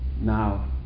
Now